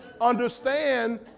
understand